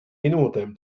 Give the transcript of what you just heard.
minūtēm